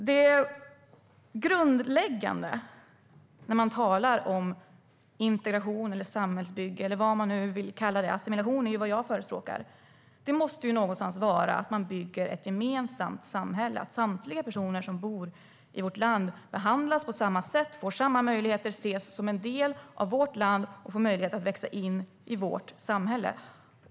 Det grundläggande när man talar om integration, samhällsbygge eller vad man vill kalla det - "assimilation" är vad jag förespråkar - måste någonstans vara att man bygger ett gemensamt samhälle, att samtliga personer som bor i vårt land behandlas på samma sätt, får samma möjligheter och ses som en del av vårt land och får möjlighet att växa in i vårt samhälle.